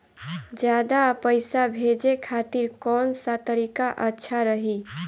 ज्यादा पईसा भेजे खातिर कौन सा तरीका अच्छा रही?